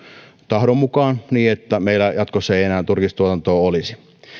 tahdon mukaan niin että meillä jatkossa ei enää turkistuotantoa olisi